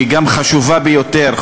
שהיא גם חשובה ביותר,